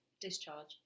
discharge